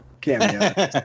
cameo